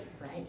right